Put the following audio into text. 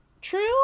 true